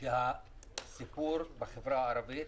הסיפור בחברה הערבית